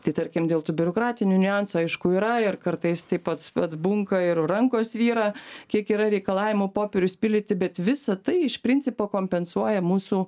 tai tarkim dėl tų biurokratinių niuansų aišku yra ir kartais tai pat atbunka ir rankos svyra kiek yra reikalavimų popierius pildyti bet visa tai iš principo kompensuoja mūsų